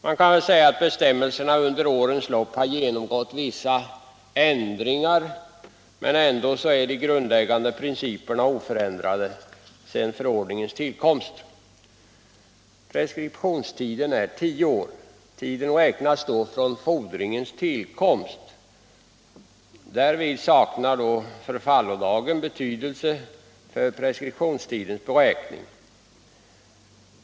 Man kan säga att bestämmelserna under årens lopp har genomgått vissa ändringar, men ändå är de grundläggande principerna oförändrade sedan förordningens tillkomst. Preskriptionstiden är tio år. Tiden räknas då från fordringens tillkomst. Därvid saknar förfallodagen betydelse för preskriptionstidens beräkning.